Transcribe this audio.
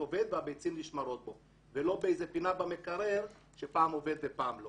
והביצים נשמרות בו ולא באיזו פנה במקרר שפעם עובד ופעם לא